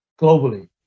globally